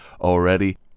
already